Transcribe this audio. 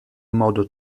modo